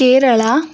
Kerala